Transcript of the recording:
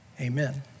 Amen